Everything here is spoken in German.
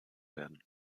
werden